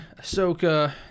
ahsoka